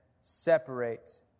separate